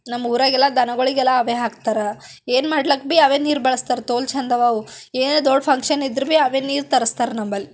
ನಮ್ಮ ಊರಾಗೆಲ್ಲ ದನಗಳಿಗೆಲ್ಲ ಅವೇ ಹಾಕ್ತಾರೆ ಏನು ಮಾಡ್ಲಿಕ್ಕ ಭಿ ಅವೇ ನೀರು ಬಳಸ್ತಾರೆ ತೋಲು ಚಂದವ ಅವು ಏನು ದೊಡ್ಡ ಫಂಕ್ಷನ್ ಇದ್ದರೂ ಭಿ ಅವೇ ನೀರು ತರಸ್ತಾರೆ ನಮ್ಮಲ್ಲಿ